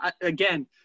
again